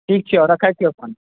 ठीक छै राखै छी एखन